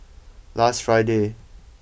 last Friday